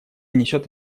несет